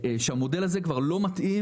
והגענו למסקנה שהמודל הזה כבר לא מתאים